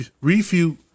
refute